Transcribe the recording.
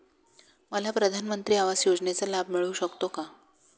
मला प्रधानमंत्री आवास योजनेचा लाभ मिळू शकतो का?